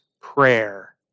prayer